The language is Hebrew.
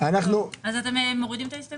אז אתם מורידים את ההסתייגות?